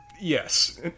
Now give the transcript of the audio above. yes